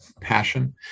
passion